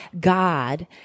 God